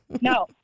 No